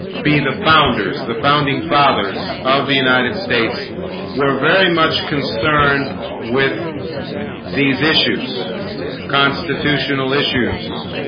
be the founders the founding fathers of the united states were very much concerned with these issues constitutional issues